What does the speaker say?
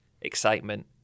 excitement